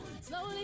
Slowly